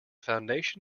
foundation